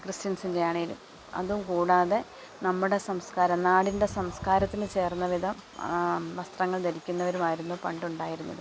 ക്രിസ്ത്യൻസിൻ്റെ ആണെലും അതും കൂടാതെ നമ്മുടെ സംസ്കാരം നാടിൻ്റെ സംസ്കാരത്തിന് ചേർന്ന വിധം വസ്ത്രങ്ങൾ ധരിക്കുന്നവരും ആയിരുന്നു പണ്ട് ഉണ്ടായിരുന്നത്